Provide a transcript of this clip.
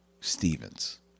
Stevens